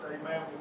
amen